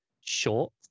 short